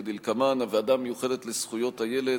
כדלקמן: הוועדה המיוחדת לזכויות הילד,